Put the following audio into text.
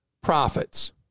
profits